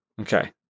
Okay